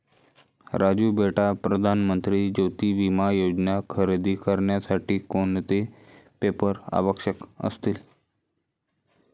राजू बेटा प्रधान मंत्री ज्योती विमा योजना खरेदी करण्यासाठी कोणते पेपर आवश्यक असतील?